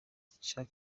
ifasha